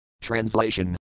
Translation